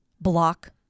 block